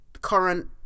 current